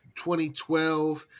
2012